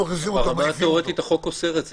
ברמה התיאורטית החוק אוסר את זה.